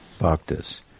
Bhaktas